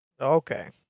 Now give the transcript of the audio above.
Okay